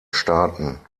starten